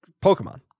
Pokemon